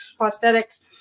Prosthetics